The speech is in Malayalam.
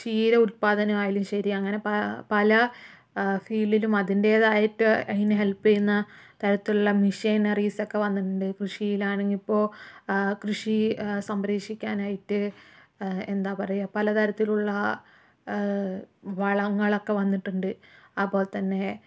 ക്ഷീര ഉൽപാദനം ആയാലും ശരി അങ്ങനെ പല ഫീൽഡിലും അതിൻറെതായിട്ട് അതിന് ഹെൽപ്പ് ചെയ്യുന്നതരത്തിലുള്ള മിഷനറീസൊക്കെ വന്നിട്ടുണ്ട് കൃഷിയിലാണെങ്കി ഇപ്പോ കൃഷി സംരക്ഷിക്കാനായിട്ട് എന്താ പറയുക പലതരത്തിലുള്ള വളങ്ങളൊക്കെ വന്നിട്ടുണ്ട് അതുപോലെതന്നെ